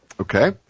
Okay